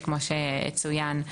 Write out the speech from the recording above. וכפי שצוין,